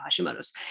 Hashimoto's